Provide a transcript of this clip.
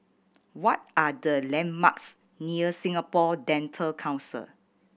what are the landmarks near Singapore Dental Council